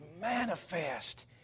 manifest